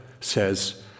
says